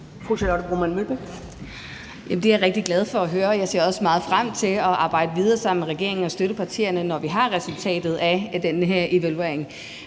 det er jeg rigtig glad for at høre, og jeg ser også meget frem til at arbejde videre sammen med regeringen og støttepartierne, når vi har resultatet af den her evaluering.